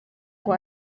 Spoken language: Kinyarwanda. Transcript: ngo